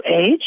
age